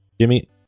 Jimmy